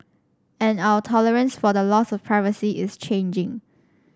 and our tolerance for the loss of privacy is changing